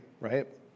right